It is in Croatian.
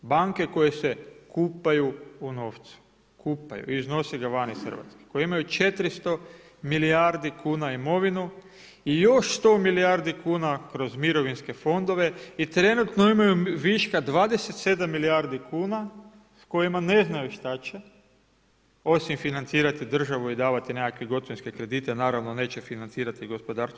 Banke koje se kupaju u novcu, kupaju, iznose ga van iz Hrvatske, koji imaju 400 milijardi kuna imovinu i još 100 milijardi kuna kroz mirovinske fondove i trenutno imaju viška 27 milijardi kuna s kojima ne znaju šta će osim financirati državu i davati nekakve gotovinske kredite, naravno neće financirati gospodarstvo